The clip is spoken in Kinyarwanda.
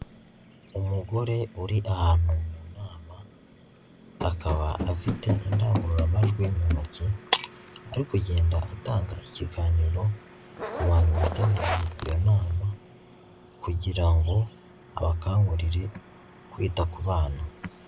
Umugore uri ahantu mu nama akaba afite indangururamajwi mu ntoki, ari kugenda atanga ikiganiro ku bantu bitabiriye iyo nama kugira ngo abakangurire kwita ku abana.